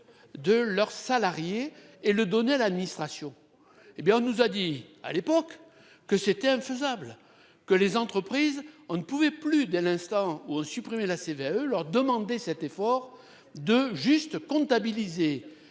De leurs salariés et le donner à l'administration. Hé bien on nous a dit à l'époque que c'était infaisable que les entreprises on ne pouvait plus dès l'instant où ont supprimé la CVAE leur demander cet effort de juste comptabiliser